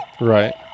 right